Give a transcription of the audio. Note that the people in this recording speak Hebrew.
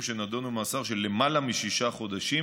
שנדונו למאסר של למעלה משישה חודשים,